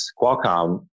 Qualcomm